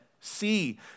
see